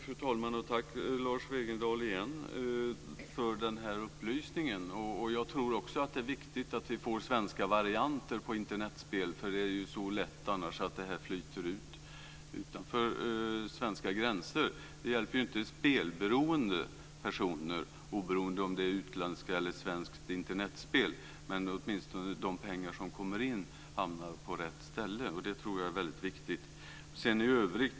Fru talman! Jag tackar Lars Wegendal för den upplysningen. Också jag tror att det är viktigt att vi får svenska varianter på Internetspel. Det är annars så lätt att de flyttar utanför svenska gränser. Det hjälper inte spelberoende personer, oavsett om det är utländskt eller svenskt Internetspel. Men de pengar som kommer in hamnar åtminstone på rätt ställe. Det tror jag är väldigt viktigt.